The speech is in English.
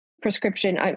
prescription